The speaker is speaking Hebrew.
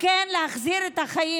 כן להחזיר את החיים